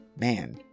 man